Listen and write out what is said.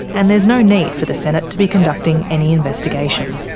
and there's no need for the senate to be conducting any investigation.